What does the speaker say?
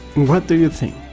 what do you think?